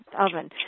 oven